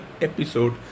episode